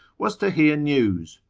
was to hear news,